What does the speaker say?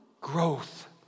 growth